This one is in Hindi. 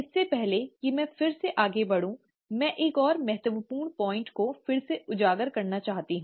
इससे पहले कि मैं फिर से आगे बढ़ूं मैं एक और महत्वपूर्ण पॉइंट को फिर से उजागर करना चाहती हूं